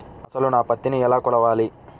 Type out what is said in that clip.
అసలు నా పత్తిని ఎలా కొలవాలి?